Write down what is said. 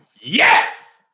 Yes